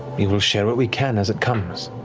we will share what we can as it comes.